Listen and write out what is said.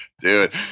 Dude